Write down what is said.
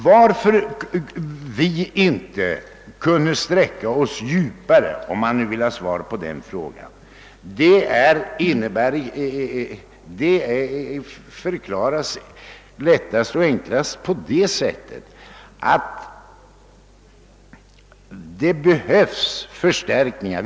Då frågar man kanske varför vi inte kunde gå ned mera i våra anslagskrav. Den saken förklaras lättast om jag säger att det behövs förstärkningar.